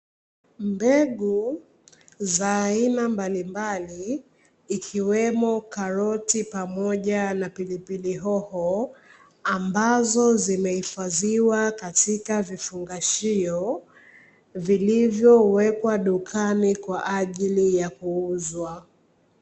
Mbegu za aina mbalimbali, ikiwepo karoti pamoja na pilipili hoho ambazo zimehifadhiwa katika vifungashio vilivyowekwa dukani kwa ajili ya kuuzwa.